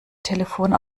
telefon